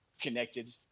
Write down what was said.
connected